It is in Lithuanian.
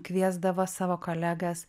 kviesdavo savo kolegas